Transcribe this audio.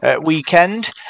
weekend